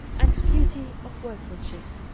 and beauty of workmanship.